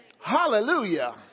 Hallelujah